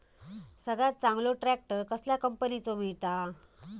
सगळ्यात चांगलो ट्रॅक्टर कसल्या कंपनीचो मिळता?